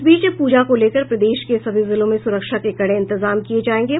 इस बीच पूजा को लेकर प्रदेश के सभी जिलों में सुरक्षा के कड़े इंतजाम किये जायेंगे